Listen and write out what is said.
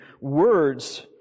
words